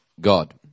God